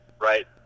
right